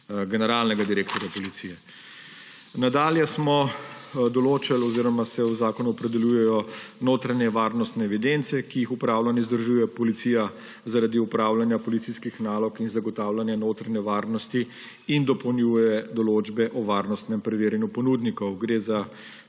generalnega direktorja policije. Nadalje smo določali oziroma se v zakonu opredeljujejo notranje varnostne evidence, ki jih upravlja in vzdržuje policija zaradi opravljanja policijskih nalog in zagotavljanja notranje varnosti, in dopolnjuje določbe o varnostnem preverjanjem ponudnikov. Gre za